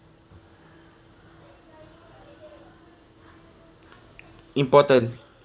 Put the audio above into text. important